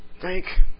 Thank